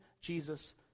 Jesus